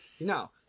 No